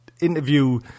interview